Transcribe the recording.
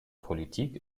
politik